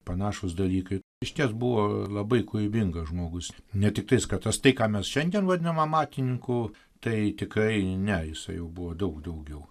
panašūs dalykai išties buvo labai kūrybingas žmogus ne tiktais ką tas tai ką mes šiandien vadiname amatininku tai tikrai ne jisai jau buvo daug daugiau